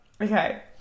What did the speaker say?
Okay